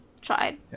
Tried